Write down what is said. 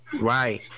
Right